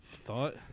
thought